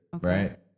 right